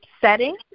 setting